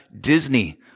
Disney